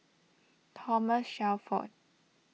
Thomas Shelford